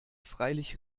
freilich